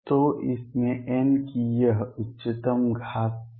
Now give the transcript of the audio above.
तो इसमें n की यह उच्चतम घात 2 है